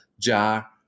jar